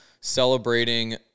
celebrating